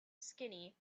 skinny